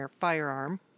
firearm